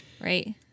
Right